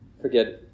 forget